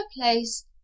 place